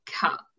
Cut